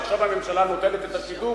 כי עכשיו הממשלה נוטלת את השידור